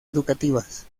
educativas